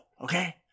okay